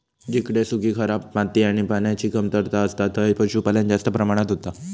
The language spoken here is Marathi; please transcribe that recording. जिकडे सुखी, खराब माती आणि पान्याची कमतरता असता थंय पशुपालन जास्त प्रमाणात होता